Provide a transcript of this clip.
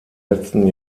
letzten